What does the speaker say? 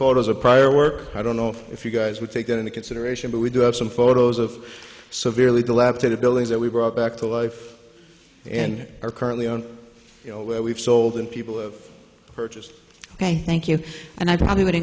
photos of prior work i don't know if you guys would take that into consideration but we do have some photos of severely dilapidated buildings that we brought back to life and are currently on you know where we've sold and people have purchased ok thank you and i probably would